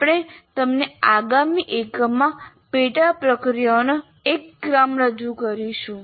આપણે તમને આગામી એકમમાં પેટા પ્રક્રિયાઓનો એક ક્રમ રજૂ કરીશું